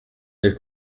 del